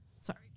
sorry